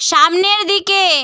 সামনের দিকে